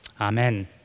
Amen